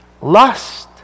lust